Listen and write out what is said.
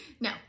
no